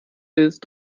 ist